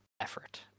effort